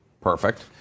Perfect